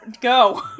Go